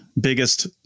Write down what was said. biggest